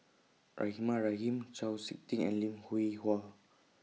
Rahimah Rahim Chau Sik Ting and Lim Hwee Hua